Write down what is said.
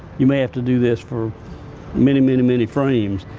you may have to do this for many, many, many frames.